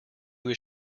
was